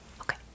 Okay